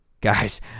guys